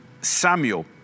Samuel